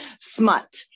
Smut